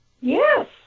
Yes